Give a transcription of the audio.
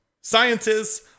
Scientists